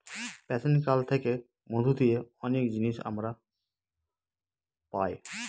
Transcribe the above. প্রাচীন কাল থেকে মধু দিয়ে অনেক জিনিস আমরা পায়